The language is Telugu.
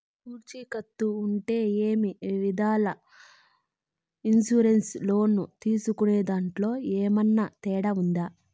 పూచికత్తు అంటే ఏమి? వివిధ ఇన్సూరెన్సు లోను తీసుకునేదాంట్లో ఏమన్నా తేడా ఉందా?